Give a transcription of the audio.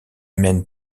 mène